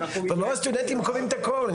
ולא הסטודנטים קובעים את הכול.